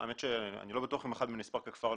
האמת שאני לא בטוח אם אחד מהם נספר ככפר נוער,